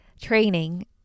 training